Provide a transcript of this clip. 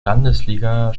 landesliga